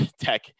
Tech